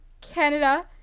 Canada